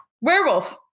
Werewolf